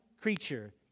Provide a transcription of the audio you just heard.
creature